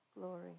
Glory